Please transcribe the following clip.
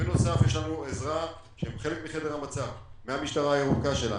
בנוסף יש לנו עזרה מהמשטרה הירוקה שלנו,